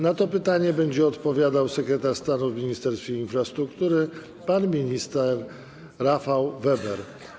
Na to pytanie będzie odpowiadał sekretarz stanu w Ministerstwie Infrastruktury pan minister Rafał Weber.